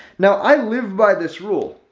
now i live by this rule,